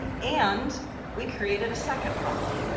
and we created a second problem.